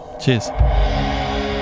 cheers